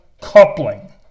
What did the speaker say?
coupling